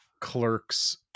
clerks